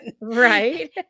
right